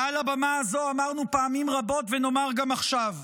מעל הבמה הזו אמרנו פעמים רבות, ונאמר גם עכשיו: